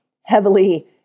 heavily